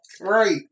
Right